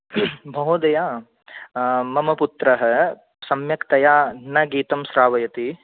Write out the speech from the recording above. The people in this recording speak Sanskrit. महोदया मम पुत्रः सम्यकतया न गीतम् श्रावयति